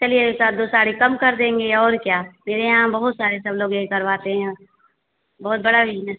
चलिए चार दो साड़ी कम कर देंगे और क्या मेरे यहाँ बहुत सारे सब लोग यही करवातें हैं बहुत बड़ा बिज़नेस